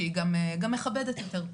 וגם מכבדת יותר.